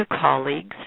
colleagues